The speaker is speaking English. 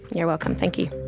you're welcome, thank you.